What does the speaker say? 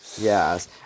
Yes